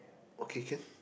okay can